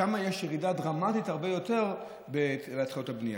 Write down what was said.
שם יש ירידה דרמטית הרבה יותר בהתחלות הבנייה.